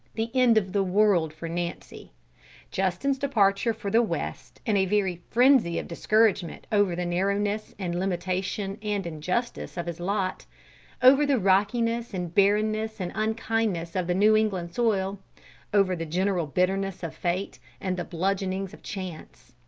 the end of the world for nancy justin's departure for the west in a very frenzy of discouragement over the narrowness and limitation and injustice of his lot over the rockiness and barrenness and unkindness of the new england soil over the general bitterness of fate and the bludgeonings of chance.